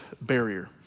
barrier